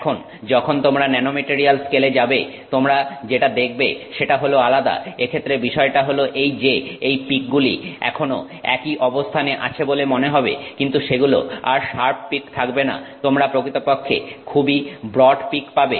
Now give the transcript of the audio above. এখন যখন তোমরা ন্যানোমেটারিয়াল স্কেলে যাবে তোমরা যেটা দেখবে সেটা হল আলাদা এক্ষেত্রে বিষয়টা হলো এই যে এই পিক গুলি এখনো একই অবস্থানে আছে বলে মনে হবে কিন্তু সেগুলো আর শার্প পিক থাকবে না তোমরা প্রকৃতপক্ষে খুবই ব্রড পিক পাবে